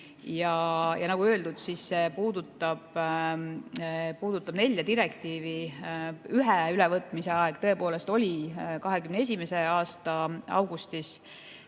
Nagu öeldud, see puudutab nelja direktiivi. Ühe ülevõtmise aeg oli tõepoolest 2021. aasta augustis,